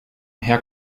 herr